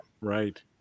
Right